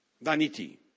vanity